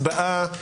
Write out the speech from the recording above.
להצבעה.